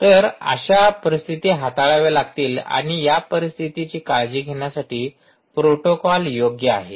तर अशा परिस्थिती हाताळाव्या लागतील आणि या परिस्थितीची काळजी घेण्यासाठी प्रोटोकॉल योग्य आहे